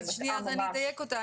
אני אדייק אותה.